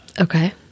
Okay